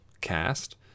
cast